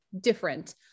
different